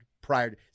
prior